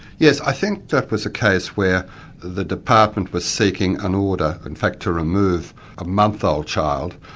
yes, i think that was a case where the department was seeking an order, in fact to remove a month-old child,